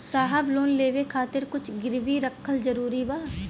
साहब लोन लेवे खातिर कुछ गिरवी रखल जरूरी बा?